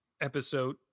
episode